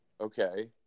Okay